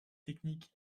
technique